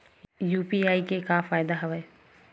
UPI के का फ़ायदा हवय?